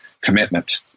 commitment –